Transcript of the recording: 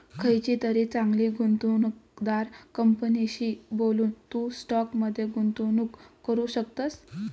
खयचीतरी चांगली गुंवणूकदार कंपनीशी बोलून, तू स्टॉक मध्ये गुंतवणूक करू शकतस